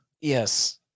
Yes